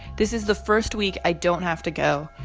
this is the first week i don't have to go,